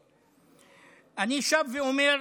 אני שב ואומר,